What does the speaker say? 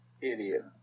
Idiot